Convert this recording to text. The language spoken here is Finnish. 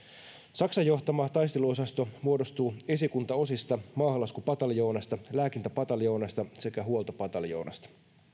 saksan johtama taisteluosasto muodostuu esikuntaosista maahanlaskupataljoonasta lääkintäpataljoonasta sekä huoltopataljoonasta